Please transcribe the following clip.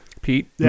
Pete